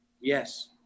Yes